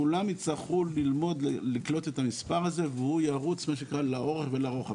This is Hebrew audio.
כולם יצטרכו ללמוד את המספר הזה והוא ירוץ לאורך ולרוחב,